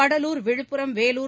Cuddalore Villupuram Vellore